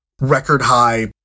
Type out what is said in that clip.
record-high